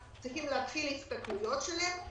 צריכים להתחיל את ההסתכלויות שלהם.